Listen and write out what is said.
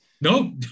No